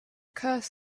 curse